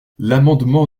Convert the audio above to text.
l’amendement